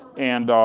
and